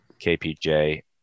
KPJ